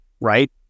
right